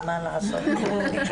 מה לעשות.